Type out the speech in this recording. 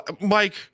Mike